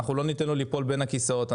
לא ניתן לו ליפול בין הכסאות.